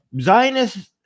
Zionists